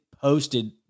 posted